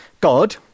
God